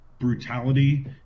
brutality